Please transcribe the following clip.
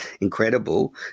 incredible